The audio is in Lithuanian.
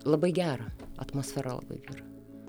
labai gera atmosfera labai gera